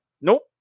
nope